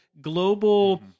global